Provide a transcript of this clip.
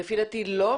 לפי דעתי, לא.